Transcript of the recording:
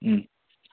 ꯎꯝ